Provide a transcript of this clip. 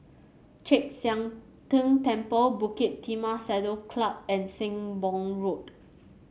Chek Sian Tng Temple Bukit Timah Saddle Club and Sembong Road